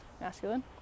masculine